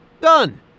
Done